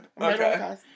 okay